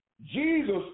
Jesus